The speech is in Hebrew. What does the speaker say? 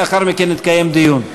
ולאחר מכן יתקיים דיון.